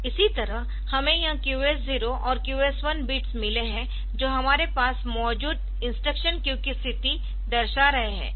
इसी तरह हमें यह QS0 और QS1 बिट्स मिले है जो हमारे पास मौजूद इंस्ट्रक्शन क्यू की स्थिति दर्शा रहे है